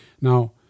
Now